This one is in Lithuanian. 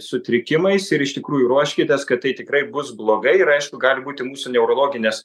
sutrikimais ir iš tikrųjų ruoškitės kad tai tikrai bus blogai ir aišku gali būti mūsų neurologinės